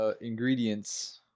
ingredients